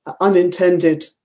unintended